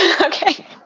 Okay